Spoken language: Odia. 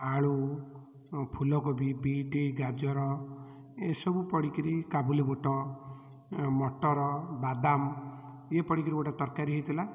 ଆଳୁ ଫୁଲକୋବି ବିଇଟି ଗାଜର ଏସବୁ ପଡ଼ିକିରି କାବୁଲିବୁଟ ମଟର ବାଦାମ ଇଏ ପଡ଼ିକିରି ଗୋଟେ ତରକାରୀ ହୋଇଥିଲା